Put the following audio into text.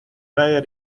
مگر